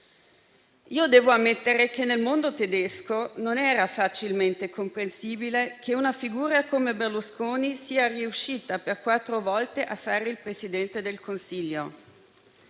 Io devo ammettere che nel mondo tedesco non era facilmente comprensibile che una figura come Berlusconi sia riuscita per quattro volte a fare il Presidente del Consiglio.